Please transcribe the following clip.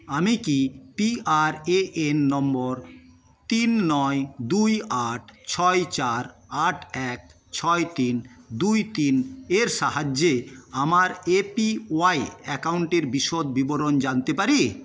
আমি কি PRAN number তিন নয় দুই আট ছয় চার আট এক ছয় তিন দুই তিনের সাহায্যে আমার এপিওয়াই অ্যাকাউন্টের বিশদ বিবরণ জানতে পারি